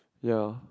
ya